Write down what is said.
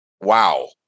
Wow